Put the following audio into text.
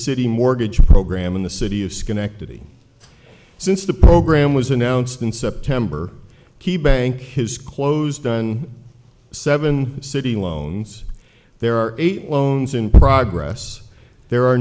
city mortgage program in the city of schenectady since the program was announced in september key bank his close done seven city loans there are eight loans in progress there are